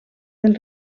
del